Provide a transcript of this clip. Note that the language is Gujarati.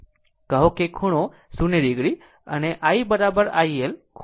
કહો ખૂણો 0 o અને I I iL ખૂણો 90 o